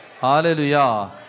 Hallelujah